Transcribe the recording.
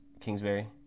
Kingsbury